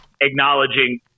acknowledging